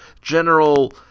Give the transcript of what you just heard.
general